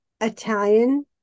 Italian